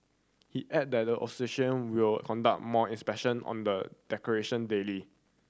he added that the association will conduct more inspection on the decoration daily